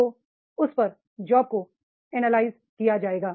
तो उस पर जॉब को एनालाइज किया जाएगा